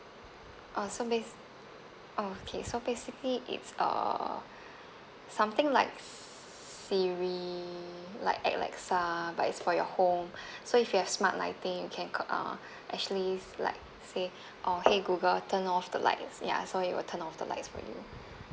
uh so bas~ okay so basically it's uh something like Siri like Alexa but it's for your home so if you have smart lighting you can c~ uh actually is like say oh !hey! Google turn off the lights ya so it will turn off the lights for you